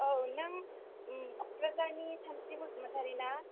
औ नों बेदबारिनि सानस्रि बसुमतारि ना